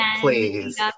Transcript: Please